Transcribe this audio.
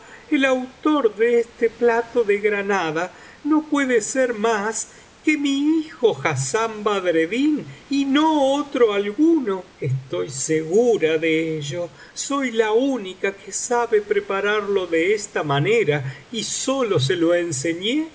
el autor de este plato de granada no puede ser mas que ral hijo hassán badreddin y no otro alguno estoy segura de ello soy la única que sabe prepararlo de esta manera y sólo se lo enseñé